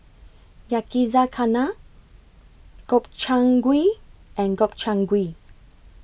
Yakizakana Gobchang Gui and Gobchang Gui